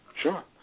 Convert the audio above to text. Sure